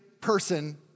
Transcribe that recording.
person